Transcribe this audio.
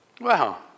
Wow